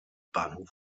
bahnhof